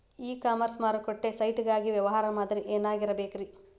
E commerce ಮಾರುಕಟ್ಟೆ site ಗಾಗಿ ವ್ಯವಹಾರ ಮಾದರಿ ಏನಾಗಿರಬೇಕ್ರಿ?